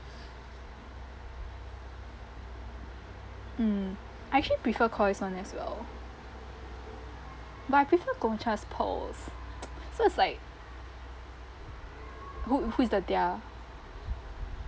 mm I actually prefer KOI's one as well but I prefer Gong Cha's pearls so it's like who who is the their